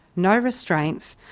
no restraints,